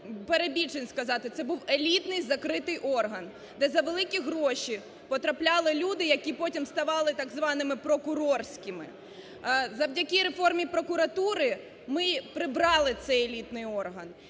перебільшень сказати, це був елітний закритий орган, де за великі гроші потрапляли люди, які потім ставали так званими прокурорськими. Завдяки реформі прокуратури ми прибрали цей елітний орган.